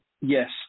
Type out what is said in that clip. Yes